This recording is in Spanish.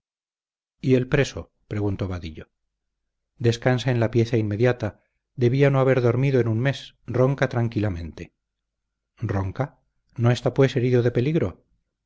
y el preso preguntó vadillo descansa en la pieza inmediata debía no haber dormido en un mes ronca tranquilamente ronca no está pues herido de peligro